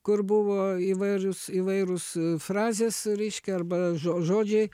kur buvo įvairūs įvairūs frazės reiškia arba žo žodžiai